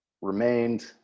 remained